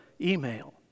email